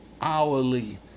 hourly